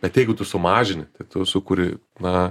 bet jeigu tu sumažini tai tu sukuri na